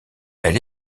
elle